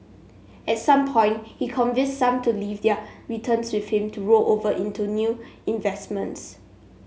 at some point he convinced some to leave their returns with him to roll over into new investments